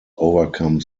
overcome